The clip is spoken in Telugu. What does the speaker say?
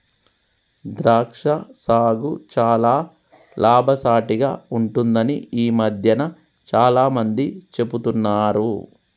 ద్రాక్ష సాగు చాల లాభసాటిగ ఉంటుందని ఈ మధ్యన చాల మంది చెపుతున్నారు